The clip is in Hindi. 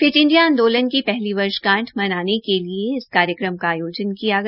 फिट इंडिया आंदोलन की पहली वर्षगांठ मनाने के लिए इस कार्यक्रम का आयोजन किया गया